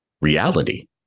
reality